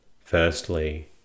Firstly